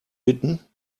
bitten